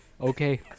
Okay